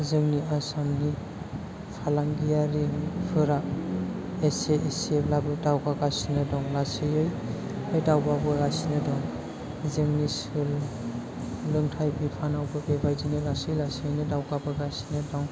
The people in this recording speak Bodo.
जोंनि आसामनि फालांगियारिफोरा एसे एस बाबो दावगागासिनो दं लासैयै दावगाबोगासिनो दं जोंनि सोलोंथाय बिफानावो बेबायदिनो लासै लासैयैनो दावगाबोगासिनो दं